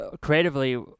creatively